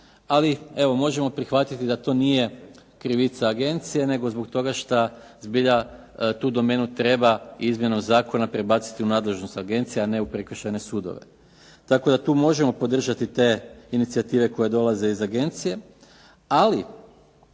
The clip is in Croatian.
Ali evo možemo prihvatiti da to nije krivica agencije, nego zbog toga šta zbilja tu domenu treba izmjenom zakona prebaciti u nadležnost agencije, a ne u prekršajne sudove. Tako da tu možemo podržati te inicijative koje dolaze iz agencije, ali